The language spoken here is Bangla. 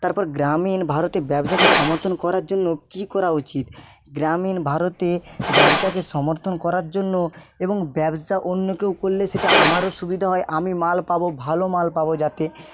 তারপর গ্রামীণ ভারতে ব্যবসাকে সমর্থন করার জন্য কি করা উচিত গ্রামীণ ভারতে ব্যবসাকে সমর্থন করার জন্য এবং ব্যবসা অন্য কেউ করলে সেটা আমারও সুবিধা হয় আমি মাল পাবো ভালো মাল পাবো যাতে